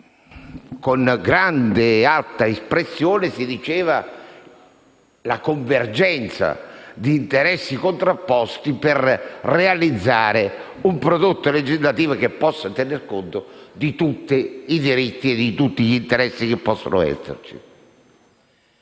con un'alta espressione, si definiva convergenza di interessi contrapposti per realizzare un prodotto legislativo che possa tener conto di tutti i diritti e gli interessi che possono esserci.